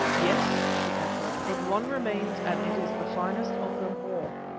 yes, she echoed, but one remains and it is the finest of them all.